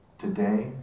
Today